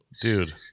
dude